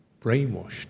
brainwashed